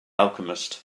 alchemist